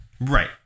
Right